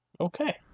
Okay